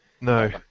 No